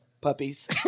puppies